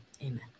Amen